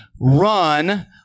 run